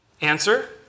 Answer